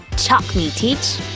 chalk me, teach.